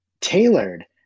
tailored